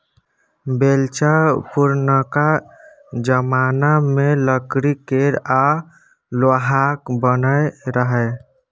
बेलचा पुरनका जमाना मे लकड़ी केर आ लोहाक बनय रहय